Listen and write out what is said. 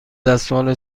دستمال